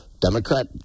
Democrat